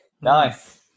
Nice